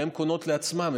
הן קונות בעצמן,